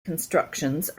constructions